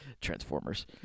transformers